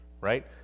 right